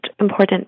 important